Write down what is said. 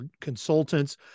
consultants